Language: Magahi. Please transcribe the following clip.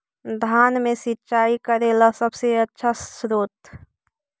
धान मे सिंचाई करे ला सबसे आछा स्त्रोत्र?